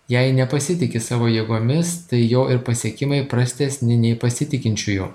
jei nepasitiki savo jėgomis tai jo ir pasiekimai prastesni nei pasitikinčiųjų